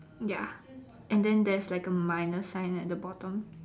ya and then there's like a minus sign at the bottom